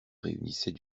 réunissait